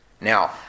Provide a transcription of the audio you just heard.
Now